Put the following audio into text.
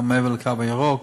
גם מעבר לקו הירוק,